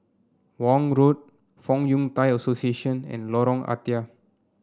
Vaughan Road Fong Yun Thai Association and Lorong Ah Thia